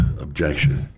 objection